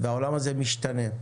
והעולם הזה משתנה.